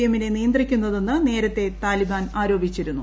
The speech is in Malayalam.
എമ്മിനെ നിയന്ത്രിക്കുന്നതെന്ന് നേരത്തെ താലിബാൻ ആരോപിച്ചിരുന്നു